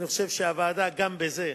אני חושב שהוועדה גם בזה,